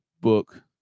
book